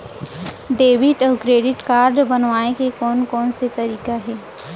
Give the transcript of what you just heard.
Debit अऊ credit card बनवाए के कोन कोन से तरीका हे?